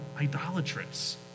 idolatrous